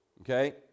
Okay